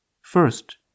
first